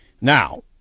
now